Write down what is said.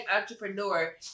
entrepreneur